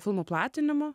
filmų platinimu